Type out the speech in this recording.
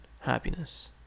happiness